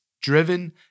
driven